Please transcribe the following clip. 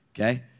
Okay